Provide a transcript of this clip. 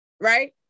Right